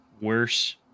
worse